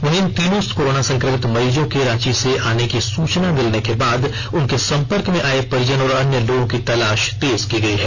वहीं इन तीनों कोरोना संक्रमित मरीजों के रांची से आने की सूचना मिलने के बाद उनके संपर्क में आए परिजन और अन्य लोगों की तलाश तेज की गयी है